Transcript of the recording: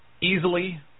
easily